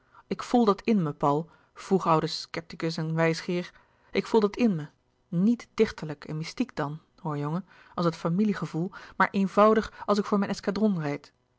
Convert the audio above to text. ik voel dat in me paul vroeg oude scepticus en wijsgeer ik voel dat in me n i e t dichterlijk en mystiek dan hoor jongen als het familie gevoel maar eenvoudig als ik voor mijn